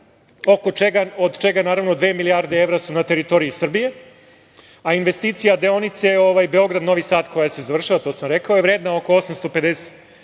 od čega dve milijarde evra su na teritoriji Srbije, a investicija deonice Beograd – Novi Sad koja se završava, to sam rekao, je vredna oko 850